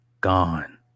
gone